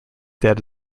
dead